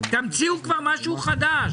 תמציאו כבר משהו חדש,